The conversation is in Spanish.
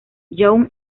young